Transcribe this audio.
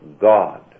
God